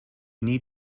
need